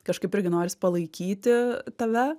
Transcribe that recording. kažkaip irgi noris palaikyti tave